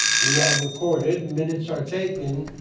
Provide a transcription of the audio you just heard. we are recorded. minutes are taken.